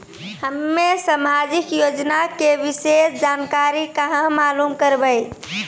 हम्मे समाजिक योजना के विशेष जानकारी कहाँ मालूम करबै?